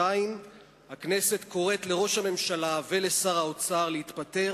2. הכנסת קוראת לראש הממשלה ולשר האוצר להתפטר